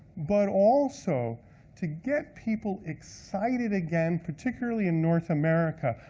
but also to get people excited again, particularly in north america,